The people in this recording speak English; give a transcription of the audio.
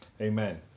Amen